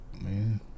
man